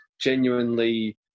genuinely